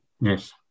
Yes